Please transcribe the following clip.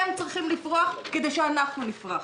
הם צריכים לפרוח כדי שאנחנו נפרח.